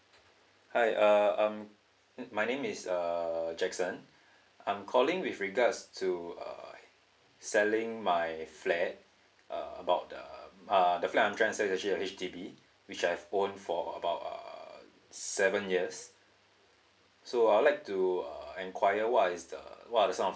hi um I'm my name is uh jackson I'm calling with regards to uh selling my flat uh about the uh the flat that I'm selling is actually a H_D_B which I owned for about uh seven years so I would like to uh enquire what is the what are some